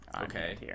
Okay